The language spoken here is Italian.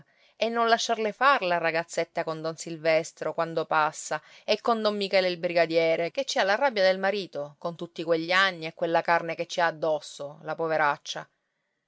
e non lasciarle far la ragazzetta con don silvestro quando passa e con don michele il brigadiere che ci ha la rabbia del marito con tutti quegli anni e quella carne che ci ha addosso la poveraccia